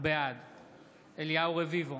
בעד אליהו רביבו,